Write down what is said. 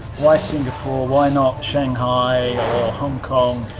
why singapore, why not shanghai, or ah hong kong,